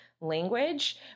language